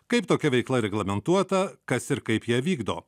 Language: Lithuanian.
kaip tokia veikla reglamentuota kas ir kaip ją vykdo